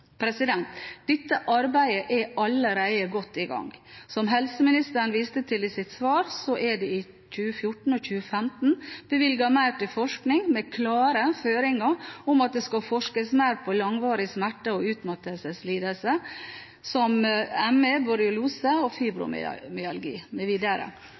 Dette arbeidet er allerede godt i gang. Som helseministeren viste til i sitt svar, er det i 2014 og 2015 bevilget mer til forskning, med klare føringer om at det skal forskes mer på langvarig smerte- og utmattelseslidelser som ME, borreliose, fibromyalgi mv. Regjeringen har også styrket tilbudet til disse gruppene med